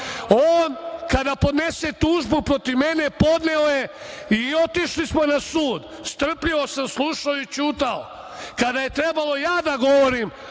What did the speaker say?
kada podnese tužbu protiv mene, podneo je i otišli smo na sud, strpljivo sam slušao i ćutao. Kada je trebalo ja da govorim,